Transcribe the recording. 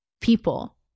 people